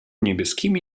niebieskimi